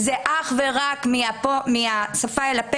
זה אך ורק מן השפה ולחוץ,